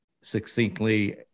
succinctly